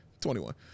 21